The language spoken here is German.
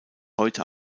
heute